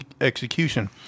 execution